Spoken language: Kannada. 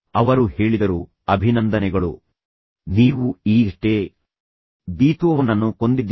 ಅವರು ಹೇಳಿದರು ಅಭಿನಂದನೆಗಳು ನೀವು ಈಗಷ್ಟೇ ಬೀಥೋವನ್ನನ್ನು ಕೊಂದಿದ್ದೀರಿ